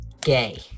gay